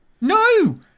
no